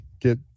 Get